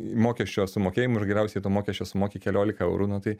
mokesčio sumokėjimui ir galiausiai to mokesčio sumoki keliolika eurų nu tai